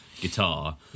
guitar